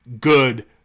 good